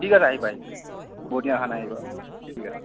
ঠিক আছে আহিবা আহিবা বহুত দিন অহা নাই আহিবা ঠিক আছে